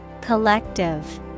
Collective